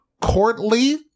courtly